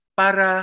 para